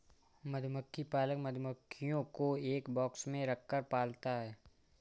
मधुमक्खी पालक मधुमक्खियों को एक बॉक्स में रखकर पालता है